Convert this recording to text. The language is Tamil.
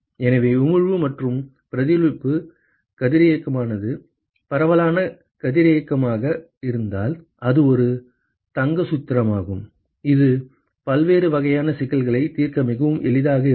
எனவே உமிழ்வு மற்றும் பிரதிபலிப்பு கதிரியக்கமானது பரவலான கதிரியக்கமாக இருந்தால் இது ஒரு தங்க சூத்திரமாகும் இது பல்வேறு வகையான சிக்கல்களைத் தீர்க்க மிகவும் எளிதாக இருக்கும்